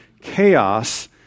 chaos